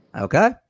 Okay